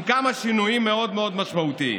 עם כמה שינויים מאוד מאוד משמעותיים: